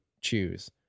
choose